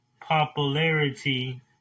popularity